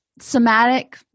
Somatic